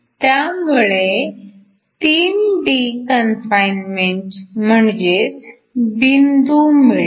त्यामुळे 3D confinement म्हणजेच बिंदू मिळेल